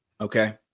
Okay